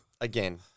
again